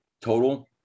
total